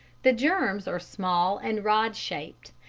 the germs are small and rod-shaped,